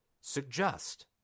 suggest